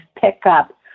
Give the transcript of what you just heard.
pickup